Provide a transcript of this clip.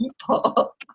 people